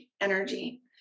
energy